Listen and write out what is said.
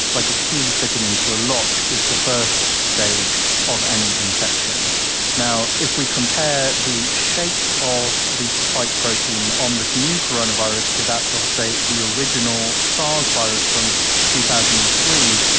like a key fitting into a lock, is the first stage of any infection now, if we compare the shape of the spike protein on this new coronavirus to that of, say, the original sars virus from two thousand and three,